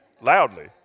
loudly